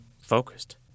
focused